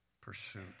pursuit